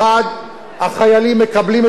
החיילים מקבלים את הדברים האלה,